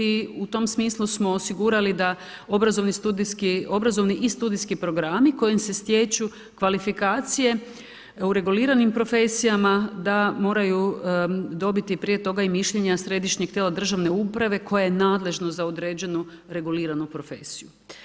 I u tom smislu smo osigurali da obrazovni i studijski programi kojim se stječu kvalifikacije u reguliranim profesijama da moraju dobiti prije toga i mišljenja središnjeg tijela državne uprave koje je nadležno za određenu reguliranu profesiju.